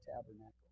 tabernacle